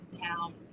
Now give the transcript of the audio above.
town